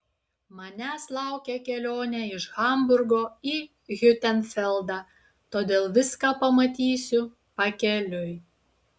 manęs laukia kelionė iš hamburgo į hiutenfeldą todėl viską pamatysiu pakeliui